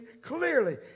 clearly